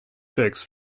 fix